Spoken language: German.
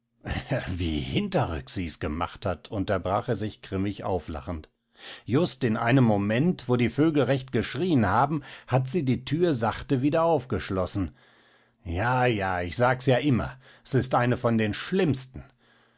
wie hinterrücks sie's gemacht hat unterbrach er sich grimmig auflachend just in einem moment wo die vögel recht geschrieen haben hat sie die thür sachte wieder aufgeschlossen ja ja ich sag's ja immer s ist eine von den schlimmsten